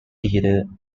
either